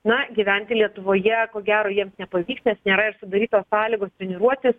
na gyventi lietuvoje ko gero jiems nepavyks nes nėra ir sudarytos sąlygos treniruotis